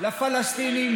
לפלסטינים,